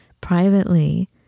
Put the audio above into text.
privately